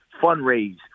fundraise